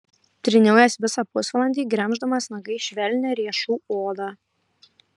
tryniau jas visą pusvalandį gremždamas nagais švelnią riešų odą